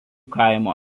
kaimo